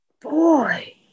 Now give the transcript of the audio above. Boy